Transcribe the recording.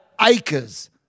acres